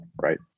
Right